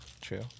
True